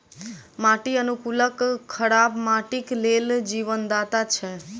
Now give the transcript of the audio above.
माटि अनुकूलक खराब माटिक लेल जीवनदाता छै